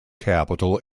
capital